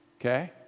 okay